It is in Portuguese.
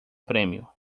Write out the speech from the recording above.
prêmio